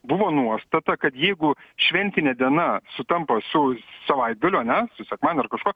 buvo nuostata kad jeigu šventinė diena sutampa su savaitgaliu ane su sekmadieniu ar kažkuo